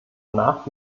nach